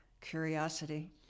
curiosity